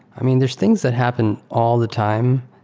i mean, there's things that happen all the time.